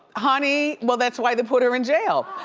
honey, well that's why they put her in jail.